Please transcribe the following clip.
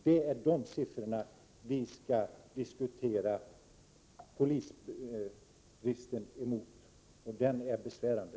Det är mot bakgrunden av de siffrorna som vi skall diskutera polisbristen, och den är besvärande!